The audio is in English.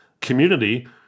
community